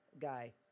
guy